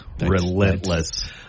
Relentless